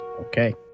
Okay